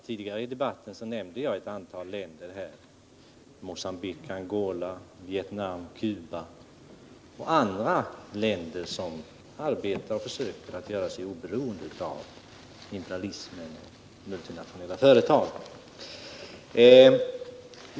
Tidigare i debatten nämnde jag ett antal länder — Mogambique, Angola, Vietnam, Cuba och andra — som försöker göra sig oberoende av imperialismen och de multinationella företagen.